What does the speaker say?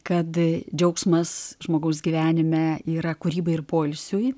kad džiaugsmas žmogaus gyvenime yra kūrybai ir poilsiui